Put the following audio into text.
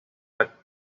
brácteas